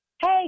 Hey